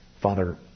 Father